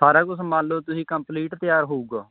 ਸਾਰਾ ਕੁਝ ਮੰਨ ਲਉ ਤੁਸੀਂ ਕੰਪਲੀਟ ਤਿਆਰ ਹੋਊਗਾ